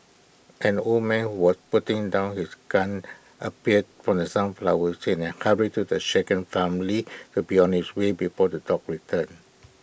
an old man was putting down his gun appeared from the sunflower hurried the shaken family to be on his way before the dogs return